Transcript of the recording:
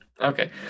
okay